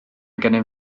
gennym